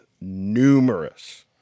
numerous